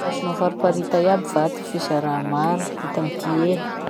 Azonao fariparita iaby va ty fizara maro hita amy ty elo?